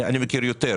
אני מכיר יותר,